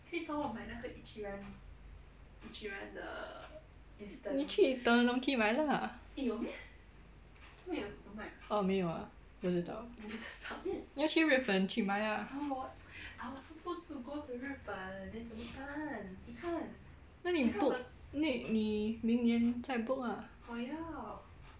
你去 don don donki 买啦 err 没有啊不知道你要去日本去买啊那你 book 那你明年再 book ah